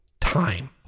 time